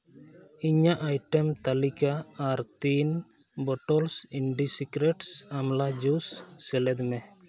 ᱤᱧᱟᱹᱜ ᱟᱭᱴᱮᱢ ᱛᱟᱹᱞᱤᱠᱟ ᱟᱨ ᱛᱤᱱ bottles indie secret amla juice ᱥᱮᱞᱮᱫ ᱢᱮ